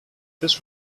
this